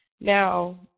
Now